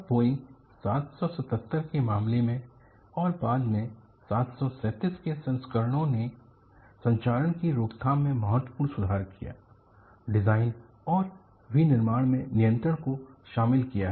और बोइंग 777 के मामले में और बाद में 737 के संस्करणों ने संक्षारण की रोकथाम में महत्वपूर्ण सुधार किया डिजाइन और विनिर्माण में नियंत्रण को शामिल किया है